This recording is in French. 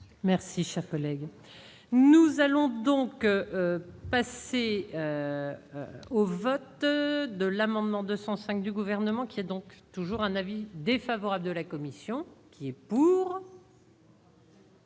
merci, cher collègue. Nous allons donc. Que passer au vote de l'amendement 205 du gouvernement qui est donc toujours un avis défavorable de la commission qui est pour.